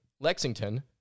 Lexington